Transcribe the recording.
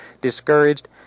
discouraged